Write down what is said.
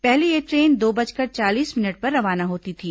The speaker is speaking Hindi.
पहले यह ट्रेन दो बजकर चालीस मिनट पर रवाना होती थी